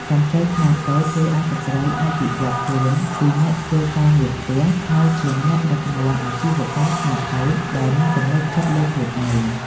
កម្ចីខ្នាតតូចជួយឱ្យស្ត្រីអាចវិវត្តខ្លួនពីអ្នកធ្វើការងារផ្ទះ មកជាអ្នកដឹកនាំអាជីវកម្មខ្នាតតូចដែលមានទំនុកចិត្តលើខ្លួនឯង។